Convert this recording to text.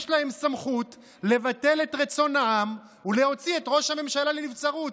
יש להם סמכות לבטל את רצון העם ולהוציא את ראש הממשלה לנבצרות.